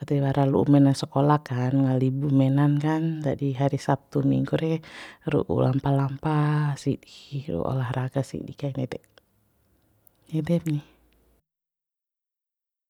wati wara lu'u mena sakolah kan nga libur menan kan ndadi hari sabtu minggu re ru'u lampa lampa sidi ru'u olahraga sidi kain nede edep ni